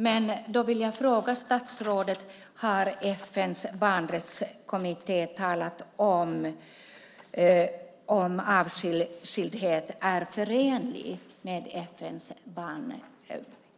Men då vill jag fråga statsrådet: Har FN:s barnrättskommitté uttalat sig om avskildhet är förenlig med